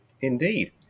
Indeed